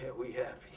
we have.